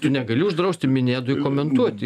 tu negali uždrausti minedui komentuoti